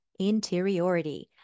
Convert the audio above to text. interiority